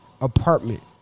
Apartment